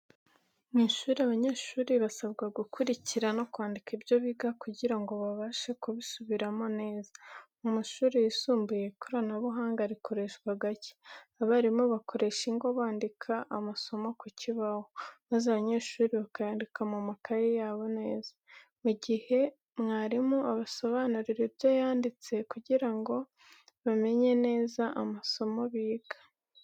Mu ishuri, abanyeshuri basabwa gukurikira no kwandika ibyo biga kugira ngo babashe kubisubiramo neza. Mu mashuri yisumbuye, ikoranabuhanga rikoreshwa gake, abarimu bakoresha ingwa bandika amasomo ku kibaho, maze abanyeshuri bakayandika mu makayi yabo neza, mu gihe mwarimu abasobanurira ibyo yanditse, kugira ngo bamenye neza amasomo biga.